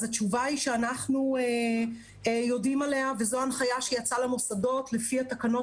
אז התשובה היא שאנחנו יודעים עליה וזוהי ההנחיה שיצאה למוסדות לפי התקנות